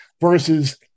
versus